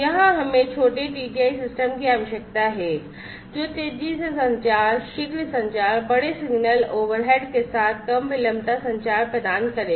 यहां हमें छोटे TTI के साथ कम विलंबता संचार प्रदान करेगा